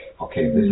okay